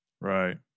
Right